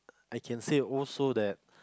I can say also that